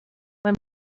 when